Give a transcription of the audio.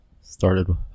started